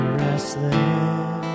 restless